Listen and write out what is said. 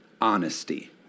honesty